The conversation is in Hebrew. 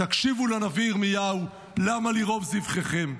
תקשיבו לנביא ירמיהו, למה לי רוב זבחיכם.